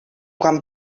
quan